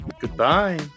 Goodbye